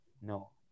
No